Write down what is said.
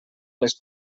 les